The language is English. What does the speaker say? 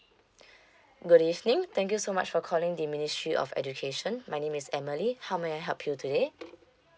good evening thank you so much for calling the ministry of education my name is emily how may I help you today